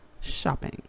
shopping